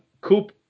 Coop